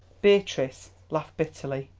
beatrice laughed bitterly.